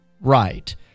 right